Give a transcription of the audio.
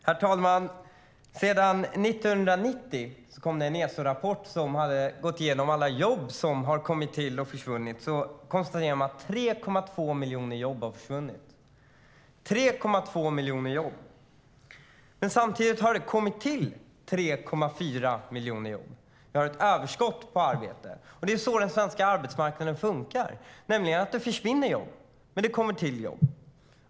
Herr talman! I en ESO-rapport där man har gått igenom alla jobb som har kommit till och försvunnit sedan 1990 konstaterar man att 3,2 miljoner jobb har försvunnit. Samtidigt har det kommit till 3,4 miljoner jobb. Vi har ett överskott på arbete. Det är så den svenska arbetsmarknaden funkar: Det försvinner jobb, men det kommer också till jobb.